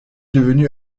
devenu